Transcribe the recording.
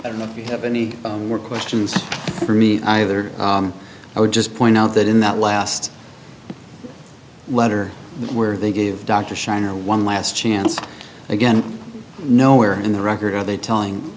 i don't know if you have any more questions for me either i would just point out that in that last letter where they gave dr scheiner one last chance again nowhere in the record are they telling